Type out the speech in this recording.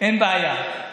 אין בעיה.